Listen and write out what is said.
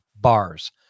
bars